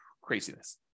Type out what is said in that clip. Craziness